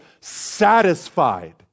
satisfied